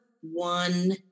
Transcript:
one